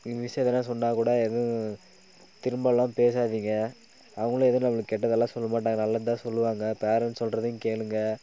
miss எதுனா சொன்னால் கூட எதுவும் திரும்பெல்லாம் பேசாதிங்க அவங்களும் எதுவும் நம்மளுக்கு கெட்டதெல்லாம் சொல்ல மாட்டாங்க நல்லதுதான் சொல்வாங்க பேரன்ட்ஸ் சொல்கிறதையும் கேளுங்கள்